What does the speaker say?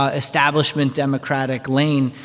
ah establishment democratic lane.